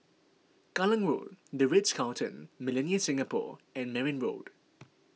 Kallang Road the Ritz Carlton Millenia Singapore and Merryn Road